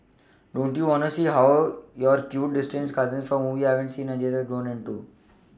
don't you wanna see how hot your cute distant cousin whom you haven't seen for ages has grown into